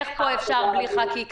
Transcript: איך אפשר לעקוף בלי חקיקה?